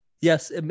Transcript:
Yes